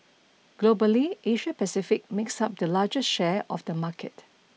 Globally Asia Pacific makes up the largest share of the market